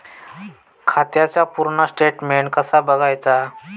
खात्याचा पूर्ण स्टेटमेट कसा बगायचा?